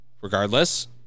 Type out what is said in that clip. regardless